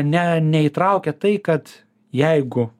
ne neįtraukia tai kad jeigu